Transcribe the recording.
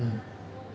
mm